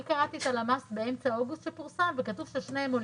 אני קראתי את הלמ"ס באמצע אוגוסט שפורסם וכתוב ששניהם עולים.